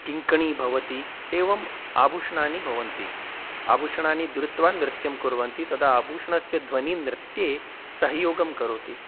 किङ्कणी भवति एवम् आभूषणानि भवन्ति आभूषणानि धृत्वा नृत्यं कुर्वन्ति तदा आभूषणस्य ध्वनिं नृत्ये सहयोगं करोति